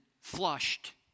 flushed